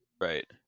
right